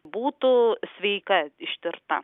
būtų sveika ištirta